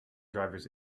drivers